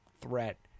threat